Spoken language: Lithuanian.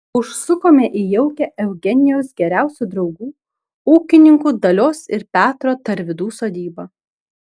užsukome į jaukią eugenijaus geriausių draugų ūkininkų dalios ir petro tarvydų sodybą